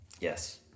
Yes